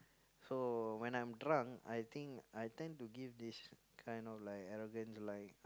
so when I'm drunk I think I tend to give this kind of like arrogant like